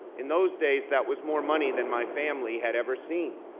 in those days, that was more money than my family had ever seen.